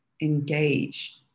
engage